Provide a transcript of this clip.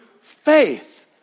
faith